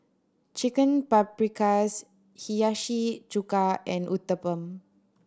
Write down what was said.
Chicken Paprikas Hiyashi Chuka and Uthapam